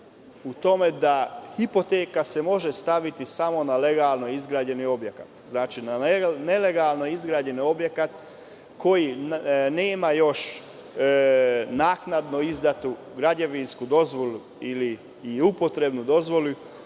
u tome da hipoteka se može staviti samo na legalno izgrađen objekat. Ne može na nelegalno izgrađeni objekat koji nema još naknadno izdatu građevinsku dozvolu ili upotrebnu dozvolu